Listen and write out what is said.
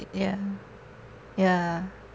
ya ya